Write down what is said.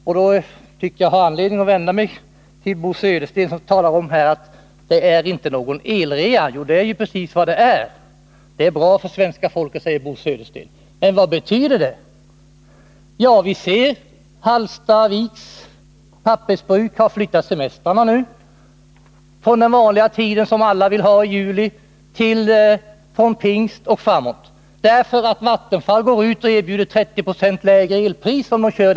Jag har här anledning att vända mig till Bo Södersten, som sade att det inte är fråga om någon elrea och att nuvarande tillgång på energi är bra för svenska folket. Men visst är en elrea på gång. Vad betyder då det? Ja, en följd är att Hallstaviks Pappersbruk nu har flyttat semestrarna från den vanliga tiden i juli, då alla vill ha semester, till tiden från pingst och framåt. Anledningen är att Vattenfall erbjuder 30 96 lägre elpriser i juli.